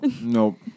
nope